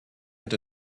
and